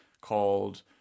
called